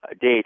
date